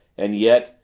and yet,